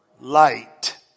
Light